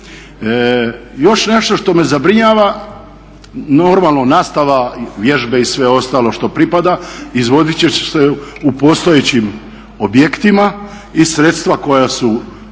Još nešto što me zabrinjava. Normalno, nastava, vježbe i sve ostalo što pripada izvoditi će se u postojećim objektima i sredstva koja su